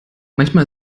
manchmal